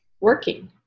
working